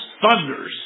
thunders